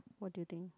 what do you think